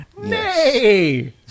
Nay